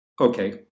Okay